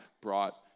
brought